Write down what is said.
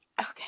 okay